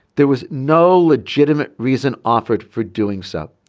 there was no legitimate reason offered for doing so.